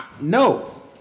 No